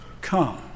come